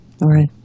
right